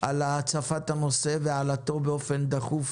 על הצפת הנושא והעלאתו באופן דחוף